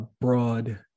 broad